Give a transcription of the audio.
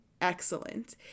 excellent